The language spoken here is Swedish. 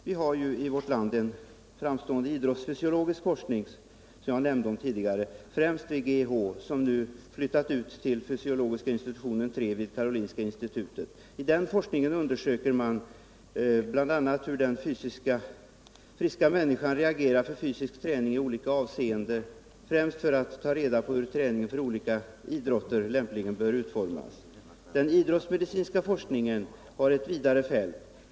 Vi har i vårt land en framstående idrottsfysiologisk forskning, främst vid GIH, som nu flyttat ut denna forskning till fysiologiska institutionen vid Karolinska institutet. I den undersöker man bl.a. hur den fysiskt friska människan reagerar för fysisk träning i olika avseenden, främst för att ta reda på hur träning för olika idrotter lämpligen bör utformas. Den idrottsmedicinska forskningen har ett vidare fält.